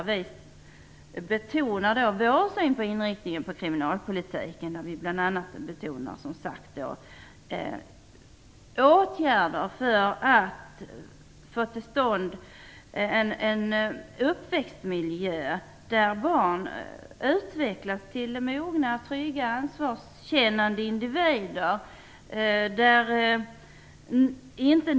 Vi redogör där för vår syn på inriktningen på kriminalpolitiken. Vi betonar bl.a. åtgärder för att få till stånd en uppväxtmiljö där barn utvecklas till mogna, trygga och ansvarskännande individer.